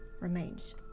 remains